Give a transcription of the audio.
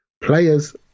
players